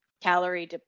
calorie